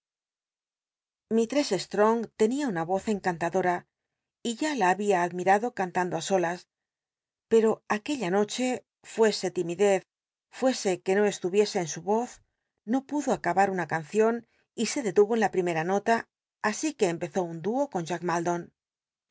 sttong tenia una voz encantadora y ya la había admi tado cantando i solas pero tquella noche fuese timidez fuese que no estuviese en roz no pudo acabat una cancion y se detuvo en la primera nota así que empezó un duo con